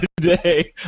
today